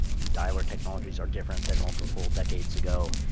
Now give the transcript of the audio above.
dialer technologies are different than multiple decades ago.